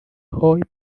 hoy